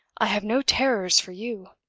i have no terrors for you